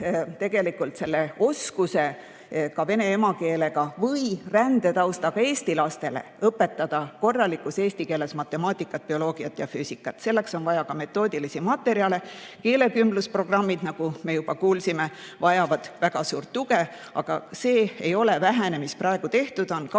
aineõppe kaudu oskuse ka vene emakeelega või rändetaustaga eesti lastele õpetada korralikus eesti keeles matemaatikat, bioloogiat ja füüsikat. Selleks on vaja ka metoodilisi materjale. Keelekümblusprogrammid, nagu me juba kuulsime, vajavad väga suurt tuge. Samas see ei ole vähe, mis praegu tehtud on: 23